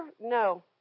No